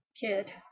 kid